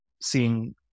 seeing